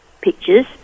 pictures